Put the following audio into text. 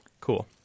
cool